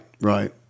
right